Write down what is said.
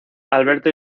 alberto